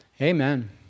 Amen